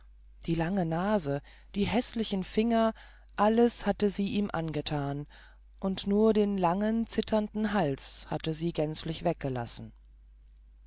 die lange nase die häßlichen finger alles hatte sie ihm angetan und nur den langen zitternden hals hatte sie gänzlich weggelassen